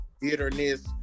bitterness